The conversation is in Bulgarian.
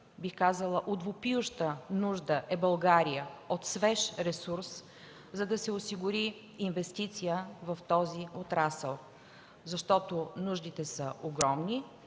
бих казала от въпиюща нужда е България от свеж ресурс, за да се осигури инвестиция в този отрасъл. Защото нуждите са огромни,